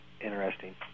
interesting